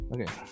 Okay